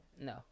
No